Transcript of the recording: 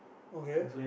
okay